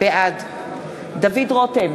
בעד דוד רותם,